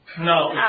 No